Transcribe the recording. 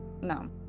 No